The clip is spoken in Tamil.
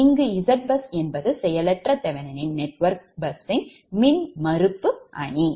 இங்கு ZBusஎன்பது செயலற்ற தெவெனின் நெட்வொர்க் பஸ் ன் மின்மறுப்பு அணி